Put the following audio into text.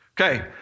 Okay